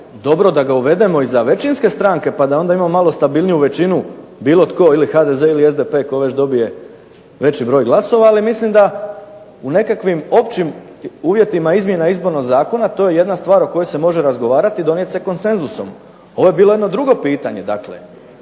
dobro da ga uvedemo i za većinske stranke pa da onda imamo malo stabilniju većinu, bilo tko ili HDZ-e ili SDP-e tko već dobije veći broj glasova. Ali, mislim da u nekakvim općim uvjetima izmjena Izbornog zakona to je jedna stvar o kojoj se može razgovarati i donijet se konsenzusom. Ovo je bilo jedno drugo pitanje